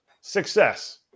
success